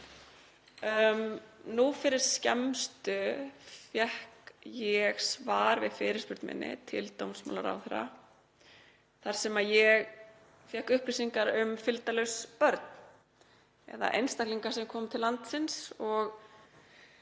Nú fyrir skemmstu fékk ég svar við fyrirspurn minni til dómsmálaráðherra þar sem ég fékk upplýsingar um fylgdarlaus börn eða einstaklinga sem koma til landsins og